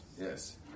yes